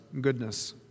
goodness